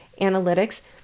analytics